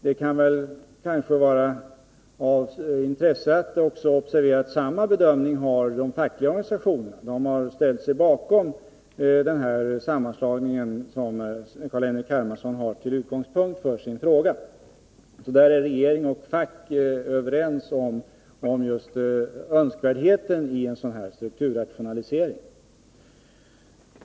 Det kan kanske också vara av intresse att observera att de fackliga organisationerna har gjort samma bedömning som regeringen och ställt sig bakom den sammanslagning som Carl-Henrik Hermansson har tagit som utgångspunkt för sin fråga och nu är kritisk till. Regering och fack är således överens om önskvärdheten av en sådan strukturrationalisering.